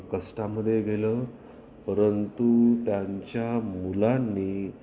कष्टामध्ये गेलं परंतु त्यांच्या मुलांनी